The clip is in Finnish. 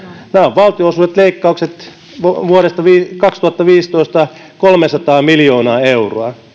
valtionosuusleikkaukset vuodesta kaksituhattaviisitoista ovat kolmesataa miljoonaa euroa